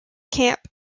camp